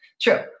True